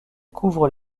couvrent